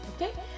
Okay